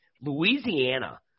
Louisiana